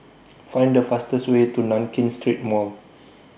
Find The fastest Way to Nankin Street Mall